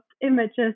images